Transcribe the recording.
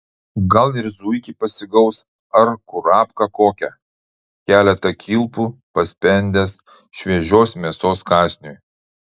gal ir zuikį pasigaus ar kurapką kokią keletą kilpų paspendęs šviežios mėsos kąsniui